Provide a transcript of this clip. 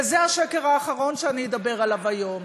וזה השקר האחרון שאני אדבר עליו היום: